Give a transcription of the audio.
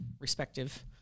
respective